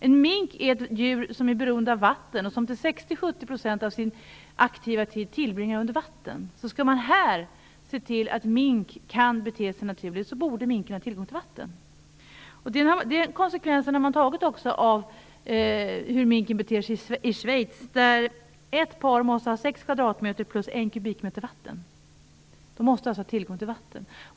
En mink är ett djur som är beroende av vatten och som tillbringar 60-70 % av sin aktiva tid under vatten. Skall man här se till att mink kan bete sig naturligt, borde den ha tillgång till vatten. Man har i Schweiz också dragit konsekvensen av detta, där ett par måste ha 6 kvadratmeters utrymme och tillgång till 1 kubikmeter vatten. Minken måste alltså ha tillgång till vatten.